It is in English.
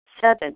Seven